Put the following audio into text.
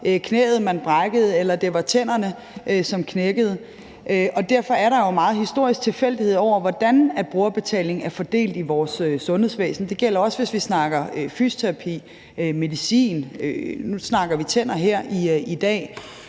knæet, man brækkede, eller det var tænderne, som knækkede. Derfor er der jo meget historisk tilfældighed over, hvordan brugerbetaling er fordelt i vores sundhedsvæsen. Det gælder også, hvis vi snakker fysioterapi, medicin, og nu snakker vi tænder her i dag.